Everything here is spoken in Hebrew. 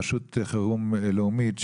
רשות החירום הלאומית.